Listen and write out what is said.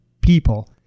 people